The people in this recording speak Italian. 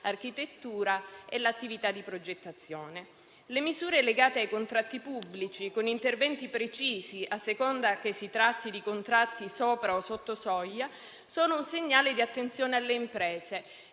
architettura e l'attività di progettazione. Le misure legate ai contratti pubblici, con interventi precisi a seconda che si tratti di contratti sopra o sotto soglia, sono un segnale di attenzione alle imprese,